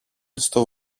στο